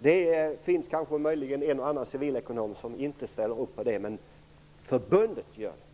Möjligen finns det en eller annan civilekononom som inte ställer upp på det, men förbundet gör det.